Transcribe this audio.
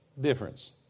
difference